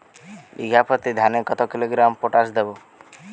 বিঘাপ্রতি ধানে কত কিলোগ্রাম পটাশ দেবো?